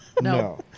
No